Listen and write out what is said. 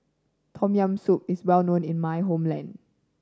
Tom Yam Soup is well known in my homeland